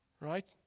Right